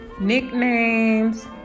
Nicknames